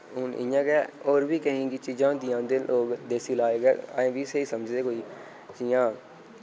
हून इ'यां केह् होर बी केईं 'क चीजां होंदियां उं'दे लोक देसी लाज गै अजें बी स्हेई समझदे कोई जि'यां